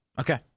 Okay